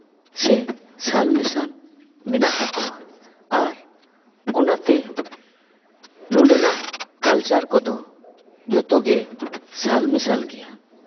ᱥᱮ ᱥᱟᱞ ᱢᱮᱥᱟᱞ ᱢᱮᱱᱟᱜ ᱛᱟᱠᱚᱣᱟ ᱟᱨ ᱚᱱᱟᱛᱮ ᱱᱚᱸᱰᱮᱱᱟᱜ ᱠᱟᱞᱪᱟᱨ ᱠᱚᱫᱚ ᱡᱷᱚᱛᱚ ᱜᱮ ᱥᱟᱞ ᱢᱮᱥᱟᱞ ᱜᱮᱭᱟ